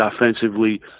offensively